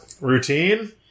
Routine